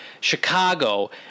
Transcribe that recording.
Chicago